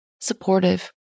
supportive